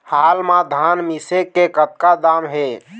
हाल मा धान मिसे के कतका दाम हे?